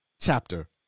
chapter